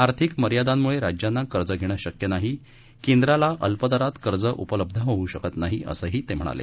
आर्थिक मर्यादांमुळे राज्यांना कर्ज घेणं शक्य नाही केंद्राला अल्पदरात कर्ज उपलब्ध होऊ शकत असही ते म्हणाले